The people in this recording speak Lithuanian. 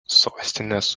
sostinės